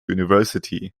university